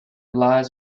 lies